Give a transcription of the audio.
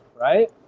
right